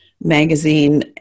magazine